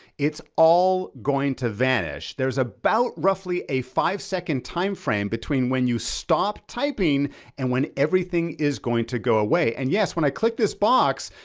it's all going to vanish. there's about roughly a five-second timeframe between when you stop typing and when everything is going to go away. and yes, when i click this box,